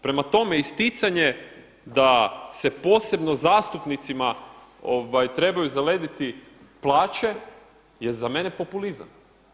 Prema tome isticanje da se posebno zastupnicima trebaju zalediti plaće je za mene populizam.